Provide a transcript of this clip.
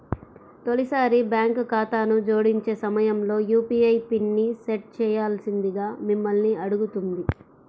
తొలిసారి బ్యాంక్ ఖాతాను జోడించే సమయంలో యూ.పీ.ఐ పిన్ని సెట్ చేయాల్సిందిగా మిమ్మల్ని అడుగుతుంది